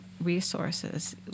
resources